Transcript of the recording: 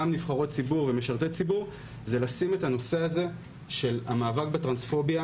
נבחרות ציבור ומשרתי ציבור - זה לשים את הנושא של המאבק בטרנספוביה